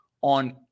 on